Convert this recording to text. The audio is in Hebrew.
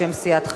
בשם סיעת חד"ש.